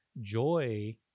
Joy